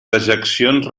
dejeccions